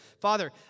Father